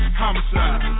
homicide